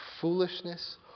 foolishness